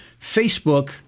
Facebook